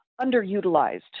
underutilized